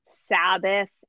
Sabbath